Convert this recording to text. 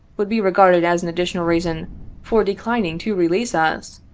would be regarded as an additional reason for declining to release us,